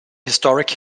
historic